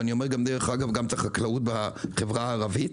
ואני אומר דרך אגב גם את החקלאות בחברה הערבית,